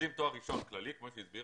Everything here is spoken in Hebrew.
לומדים תואר ראשון, כמי שעדי הסבירה,